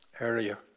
earlier